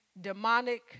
demonic